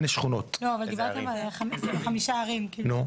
דיברת על חמש ערים, איזה?